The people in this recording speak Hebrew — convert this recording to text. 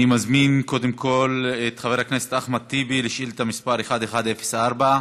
אני מזמין את חבר הכנסת אחמד טיבי לשאילתה מס' 1104,